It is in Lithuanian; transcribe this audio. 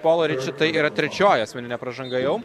polo riči tai yra trečioji asmeninė pražanga jau